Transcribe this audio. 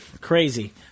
crazy